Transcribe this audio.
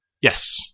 Yes